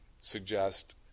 suggest